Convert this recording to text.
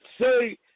say